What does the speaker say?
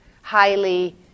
highly